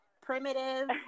primitive